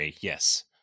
yes